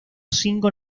cinco